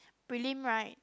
prelim right